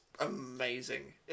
amazing